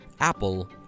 Apple